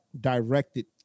directed